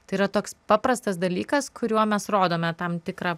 tai yra toks paprastas dalykas kuriuo mes rodome tam tikrą